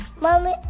Mommy